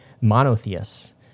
monotheists